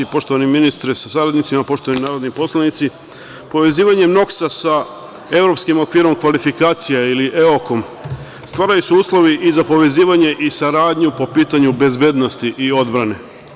Poštovani ministre sa saradnicima, poštovani narodni poslanici, povezivanje NOKS sa Evropskim okvirom kvalifikacija ili EOK stvaraju se uslovi i za povezivanje i saradnju po pitanju bezbednosti i odbrane.